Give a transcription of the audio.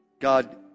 God